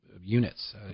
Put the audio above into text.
units